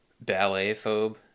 ballet-phobe